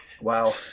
Wow